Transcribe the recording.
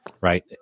right